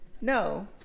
No